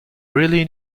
really